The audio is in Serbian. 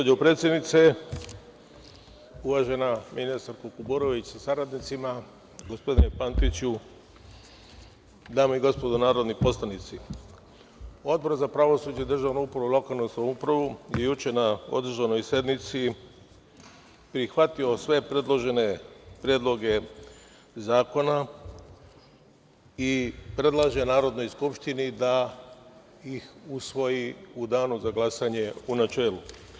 Gospođo predsednice, uvažena ministarko Kuburović sa saradnicima, gospodine Pantiću, dame i gospodo narodni poslanici, Odbor za pravosuđe, državnu upravu i lokalnu samoupravu je juče na održanoj sednici prihvatio sve predložene predloge zakona i predlaže Narodnoj skupštini da ih usvoji u danu za glasanje, u načelu.